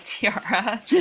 Tiara